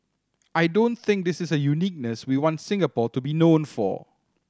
I don't think this is a uniqueness we want Singapore to be known for